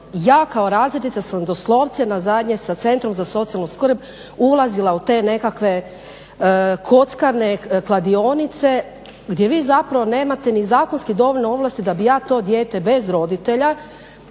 ja kao razrednica sam doslovce na zadnje sa centrom za socijalnu skrb ulazila u te nekakve kockarne, kladionice gdje vi nemate ni zakonski dovoljno ovlasti da bi ja to dijete bez roditelja